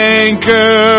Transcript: anchor